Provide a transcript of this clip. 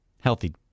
Healthy